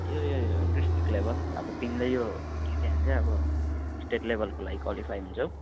यो यो यो डिस्ट्रिक्ट लेभल अब तिमीले यो जित्यौ भने चाहिँ अब स्टेट लेभलको लागि क्वालिफाई हुन्छौ